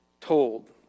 told